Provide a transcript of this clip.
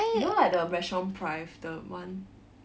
you know like the restaurant price the one